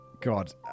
God